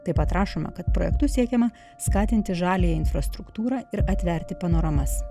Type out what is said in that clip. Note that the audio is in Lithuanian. taip pat rašoma kad projektu siekiama skatinti žaliąją infrastruktūrą ir atverti panoramas